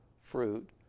fruit